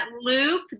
loop